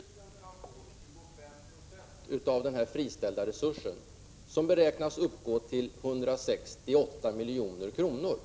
Herr talman! Om skolöverstyrelsen skall få 25 926 av den friställda resursen, som beräknas uppgå till 168 milj.kr., och